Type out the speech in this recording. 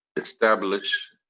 establish